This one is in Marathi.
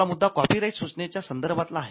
आपला मुद्दा कॉपीराईट् सूचना च्या संदर्भातला आहे